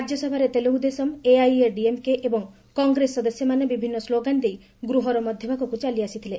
ରାକ୍ୟସଭାରେ Telugu Desam AIADMK ଏବଂ କଂଗ୍ରେସ ସଦସ୍ୟମାନେ ବିଭିନ୍ନ ସ୍କୋଗାନ ଦେଇ ଗୃହର ମଧ୍ୟଭାଗକୁ ଚାଲିଆସିଥିଲେ